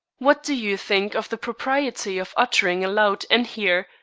what do you think of the propriety of uttering aloud and here,